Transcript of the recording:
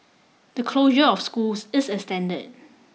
the closure of schools is extended